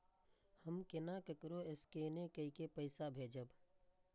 हम केना ककरो स्केने कैके पैसा भेजब?